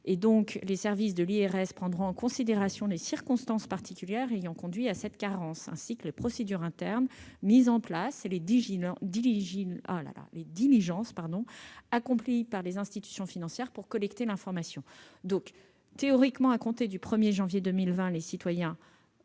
Les services de l'IRS prendront en considération les circonstances particulières ayant conduit à cette carence, ainsi que les procédures internes mises en place et les diligences accomplies par les institutions financières pour collecter cette information. Théoriquement, à compter du 1 janvier 2020, les citoyens